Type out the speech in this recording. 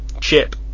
Chip